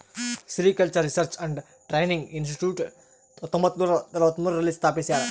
sericultural research and training institute ಹತ್ತೊಂಬತ್ತುನೂರ ನಲವತ್ಮೂರು ರಲ್ಲಿ ಸ್ಥಾಪಿಸ್ಯಾರ